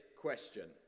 question